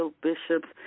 bishops